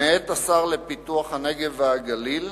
מאת השר לפיתוח הנגב והגליל,